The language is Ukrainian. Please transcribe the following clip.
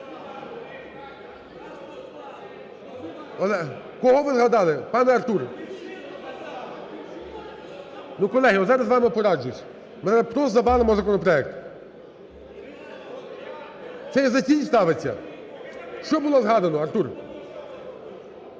Кого ви згадали, пане Артур? Колеги, я зараз з вами пораджусь. Ми зараз просто завалимо законопроект. Це за ціль ставиться? Що було згадано, Артур?